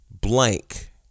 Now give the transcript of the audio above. blank